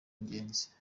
ingenzi